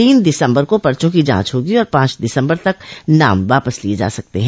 तीन दिसम्बर को पर्चो की जांच होगी और पांच दिसम्बर तक नाम वापस लिये जा सकते हैं